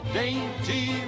dainty